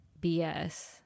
bs